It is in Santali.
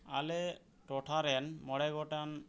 ᱟᱞᱮ ᱴᱚᱴᱷᱟᱨᱮᱱ ᱢᱚᱬᱮ ᱜᱚᱴᱮᱱ